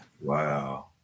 Wow